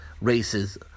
races